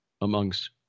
amongst